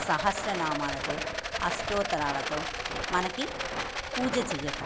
సహస్రనామాలతో అష్టోత్తరాలతో మనకి పూజ చేయటం